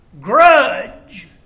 grudge